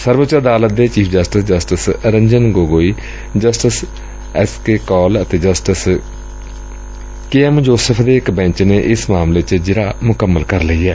ਸਰਵ ਉੱਚ ਅਦਾਲਤ ਦੇ chief justice justice Ranjan Gogoi justice S K Kaul ਅਤੇ ਜਸਟਿਸ ਕੇ ਐਮ ਜੋਸੇਫ਼ ਦੇ ਇਕ ਬੈਂਚ ਨੇ ਏਸ ਮਾਮਲੇ ਚ ਜਿਰਾ ਮੁਕੰਮਲ ਕਰ ਲਈ ਏ